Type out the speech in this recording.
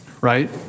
Right